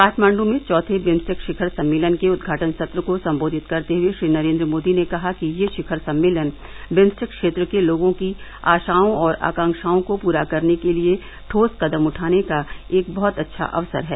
काठमांडू में चौथे बिम्स्टेक शिखर सम्मेलन के उद्घाटन संत्र को संबोधित करते हुए श्री नरेन्द्र मोदी ने कहा कि यह शिखर सम्मेलन बिम्स्टेक क्षेत्र के लोगों की आशाओं और आकांक्षाओं को पूरा करने के लिए ठोस कदम उठाने का एक बहुत अच्छा अवसर है